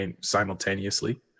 simultaneously